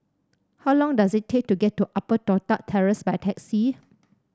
how long does it take to get to Upper Toh Tuck Terrace by taxi